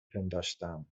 پنداشتم